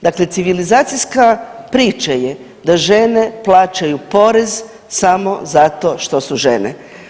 Dakle, civilizacijska priča je da žene plaćaju porez samo zato što su žene.